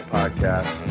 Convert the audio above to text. podcast